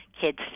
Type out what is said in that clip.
kids